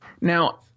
Now